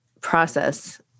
process